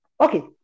Okay